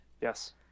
Yes